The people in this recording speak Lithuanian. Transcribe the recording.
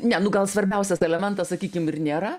ne nu gal svarbiausias elementas sakykim ir nėra